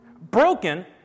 broken